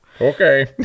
Okay